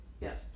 Yes